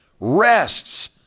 rests